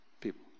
people